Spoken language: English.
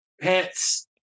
pets